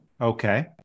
Okay